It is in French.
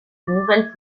nouvelle